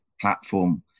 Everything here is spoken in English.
platform